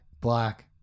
black